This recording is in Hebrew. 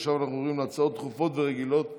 עכשיו אנחנו עוברים להצעות דחופות ורגילות לסדר-היום.